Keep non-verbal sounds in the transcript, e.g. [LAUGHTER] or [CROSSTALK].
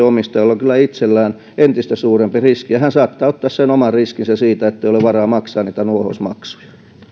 [UNINTELLIGIBLE] omistajalla on kyllä itsellään entistä suurempi riski ja hän saattaa ottaa sen oman riskinsä siitä ettei ole varaa maksaa niitä nuohousmaksuja